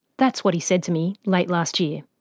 that's what he said to me late last year.